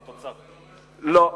לא.